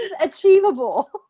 achievable